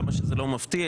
כמה שזה לא מפתיע,